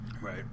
Right